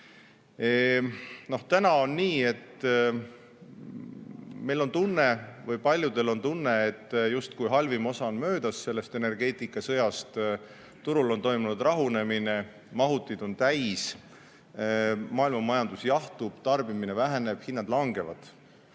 Täna on nii, et meil on tunne või paljudel on tunne, justkui halvim osa energeetikasõjast on möödas. Turul on toimunud rahunemine, mahutid on täis, maailmamajandus jahtub, tarbimine väheneb, hinnad langevad.